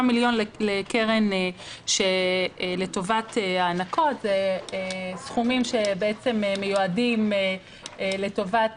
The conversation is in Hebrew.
מיליון לקרן כאשר אלה סכומים שמיועדים לטובת